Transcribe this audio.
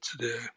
today